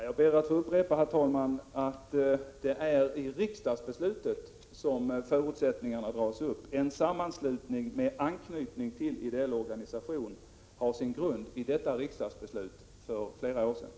Herr talman! Jag ber att få upprepa att det är i riksdagsbeslutet som förutsättningarna har dragits upp. Kravet en sammanslutning med anknytning till ideell organisation har sin grund i det riksdagsbeslut som fattades för flera år sedan.